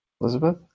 Elizabeth